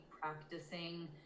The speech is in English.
practicing